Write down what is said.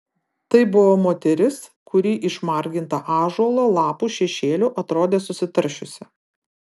tai buvo moteris kuri išmarginta ąžuolo lapo šešėlių atrodė susitaršiusi